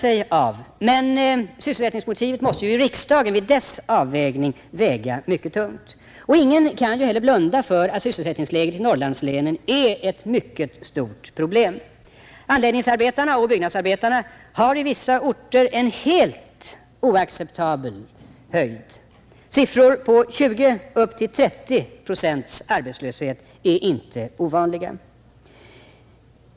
Men sysselsättningsmotivet måste vid riksdagens avvägning av för och nackdelar väga mycket tungt. Ingen kan ju heller blunda för att sysselsättningsläget i Norrlandslänen är ett mycket stort problem. Arbetslösheten bland anläggningsoch byggnadsarbetarna har i vissa orter en helt oacceptabel höjd. Siffror på en arbetslöshet av 20—30 procent är inte ovanliga.